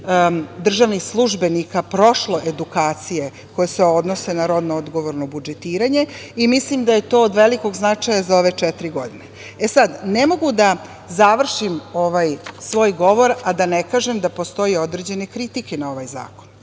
državnih službenika prošlo edukacije koje se odnose na rodno odgovorno budžetiranje i mislim da je to od velikog značaja za ove četiri godine. Ne mogu da završim ovaj svoj govor a da ne kažem da postoje i određene kritike na ovaj zakon.